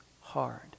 hard